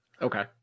Okay